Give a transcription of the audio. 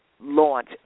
launch